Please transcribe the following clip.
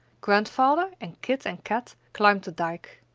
grandfather and kit and kat climbed the dyke.